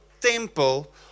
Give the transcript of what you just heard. temple